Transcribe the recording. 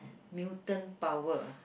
mutant power